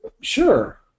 Sure